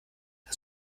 das